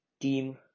team